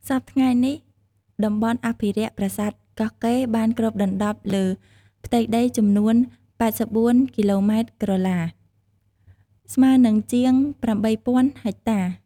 សព្វថ្ងៃនេះតំបន់អភិរក្ស ប្រាសាទកោះកេរ្តិ៍បានគ្របដណ្តប់លើផ្ទៃដីចំនួន ៨៤គីឡូម៉ែត្រក្រឡា ស្មើនិងជាង៨០០០ហិកតា។